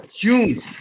June